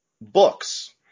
books